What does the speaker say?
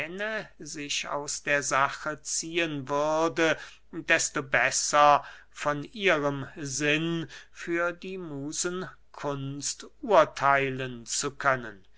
aus der sache ziehen würde desto besser von ihrem sinn für die musenkunst urtheilen zu können